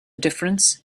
difference